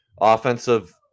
offensive